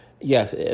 Yes